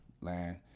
land